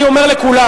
אני אומר לכולם.